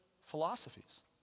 philosophies